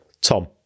Tom